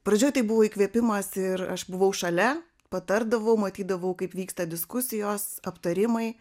pradžioj tai buvo įkvėpimas ir aš buvau šalia patardavau matydavau kaip vyksta diskusijos aptarimai